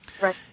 Right